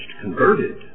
converted